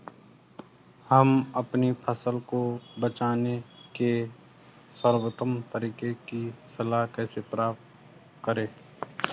हम अपनी फसल को बचाने के सर्वोत्तम तरीके की सलाह कैसे प्राप्त करें?